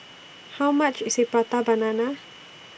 How much IS Prata Banana